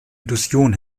illusion